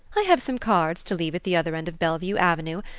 i have some cards to leave at the other end of bellevue avenue,